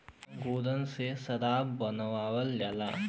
अंगूरन से सराबो बनावल जाला